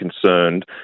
concerned